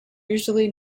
usually